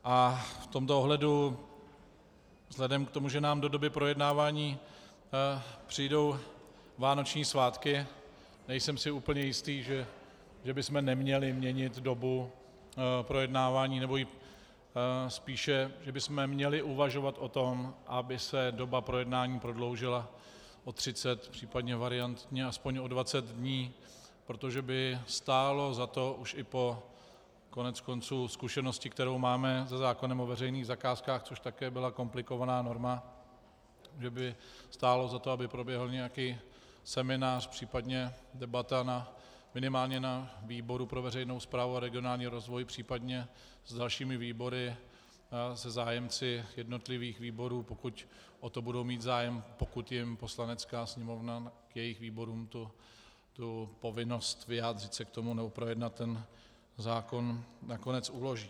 V tomto ohledu vzhledem k tomu, že nám do doby projednávání přijdou vánoční svátky, nejsem si úplně jistý, že bychom neměli měnit dobu projednávání, spíše že bychom měli uvažovat o tom, aby se doba pro jednání prodloužila o 30, případně variantně aspoň o 20 dní, protože by stálo za to už i po koneckonců zkušenosti, kterou máme se zákonem o veřejných zakázkách, což také byla komplikovaná norma, že by stálo za to, aby proběhl nějaký seminář, případně debata minimálně na výboru pro veřejnou správu a regionální rozvoj, případně s dalšími výbory, se zájemci jednotlivých výborů, pokud o to budou mít zájem, pokud jim Poslanecká sněmovna k jejich výborům povinnost vyjádřit se k tomu nebo projednat zákon nakonec uloží.